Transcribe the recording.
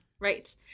Right